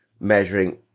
measuring